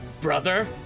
Brother